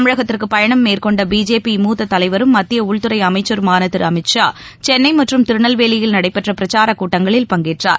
தமிழகத்திற்குபயணம் மேற்கொண்டபிஜேபி மூத்ததலைவரும் மத்தியஉள்துறைஅமைச்சருமானதிருஅமித்ஷா சென்னைமற்றும் திருநெல்வேலியில் நடைபெற்றபிரச்சாரகூட்டங்களில் பங்கேற்றார்